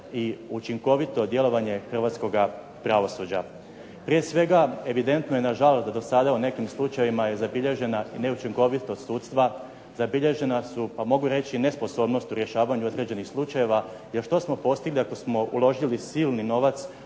i učinkovito djelovanje hrvatskoga pravosuđa. Prije svega evidentno je nažalost da do sada u nekim slučajevima je zabilježena neučinkovitost sudstva, zabilježena su pa mogu reći nesposobnost u rješavanu određenih slučajeva jer što smo postigli ako smo uložili silni novac